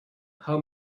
how